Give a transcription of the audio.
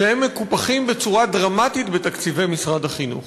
שהם מקופחים בצורה דרמטית בתקציבי משרד החינוך.